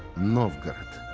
novgorod